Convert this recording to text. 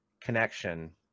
connection